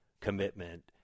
commitment